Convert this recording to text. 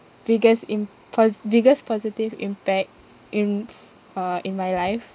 biggest im~ po~ biggest positive impact in uh in my life